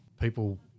people